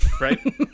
Right